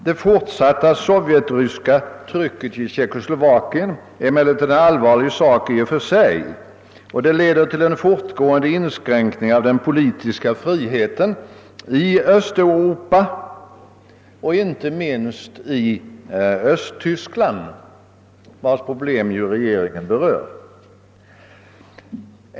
Det fortsatta sovjetryska trycket i Tjeckoslovakien är naturligtvis en allvarlig sak i och för sig och innebär en inskränkning av den politiska friheten i Östeuropa, inte minst i Östtyskland, vars problem ju regeringen berör.